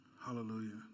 Hallelujah